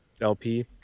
LP